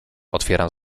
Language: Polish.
otwieram